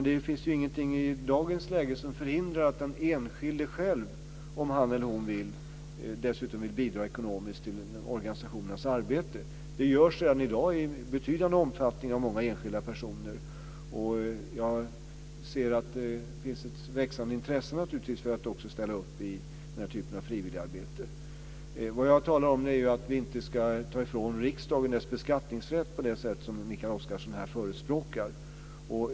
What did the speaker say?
Det finns ingenting i dag som förhindrar att den enskilde själv bidrar ekonomiskt till organisationernas arbete, om han eller hon vill. Det görs redan i dag av många enskilda personer i betydande omfattning. Jag ser också att det finns ett växande intresse för att ställa upp i den typen av frivilligarbete. Jag talar om att vi inte ska ta ifrån riksdagen dess beskattningsrätt på det sätt som Mikael Oscarsson här förespråkar.